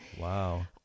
wow